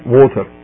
water